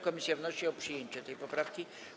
Komisja wnosi o przyjęcie tej poprawki.